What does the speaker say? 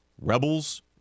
Rebels